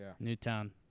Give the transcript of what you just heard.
Newtown